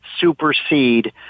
supersede